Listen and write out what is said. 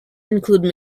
include